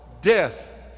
death